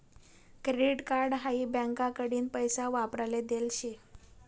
credit card हाई बँकाकडीन पैसा वापराले देल शे